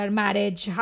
marriage